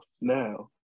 now